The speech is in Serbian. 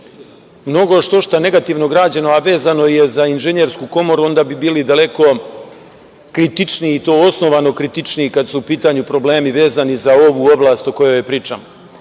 mnogo što šta negativno građeno, a vezano je za Inženjersku komoru i onda bi bili daleko kritičniji i to osnovano kritičniji, kada su u pitanju problemi vezani za ovu oblast o kojoj